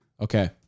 Okay